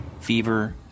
fever